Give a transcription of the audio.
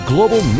Global